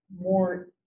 more